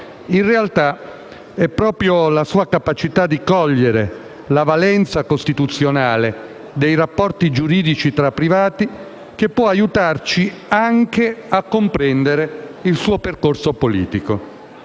In realtà, è proprio la sua capacità di cogliere la valenza costituzionale dei rapporti giuridici tra privati che può aiutarci anche a comprendere il suo percorso politico.